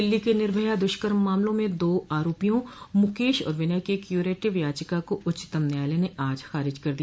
दिल्ली के निर्भया दुष्कर्म मामलों में दो आरोपियों मुकेश और विनय की क्यूरेटिव याचिका को उच्चतम न्यायालय ने आज खारिज कर दिया